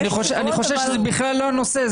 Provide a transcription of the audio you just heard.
אני חושב שזה בכלל לא הנושא,